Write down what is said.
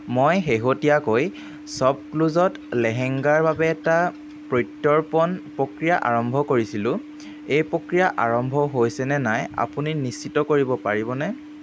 মই শেহতীয়াকৈ শ্বপক্লুজত লেহেঙ্গাৰ বাবে এটা প্ৰত্যৰ্পণ প্ৰক্ৰিয়া আৰম্ভ কৰিছিলোঁ এই প্ৰক্ৰিয়া আৰম্ভ হৈছে নে নাই আপুনি নিশ্চিত কৰিব পাৰিবনে